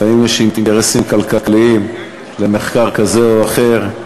לפעמים יש אינטרסים כלכליים במחקר כזה או אחר,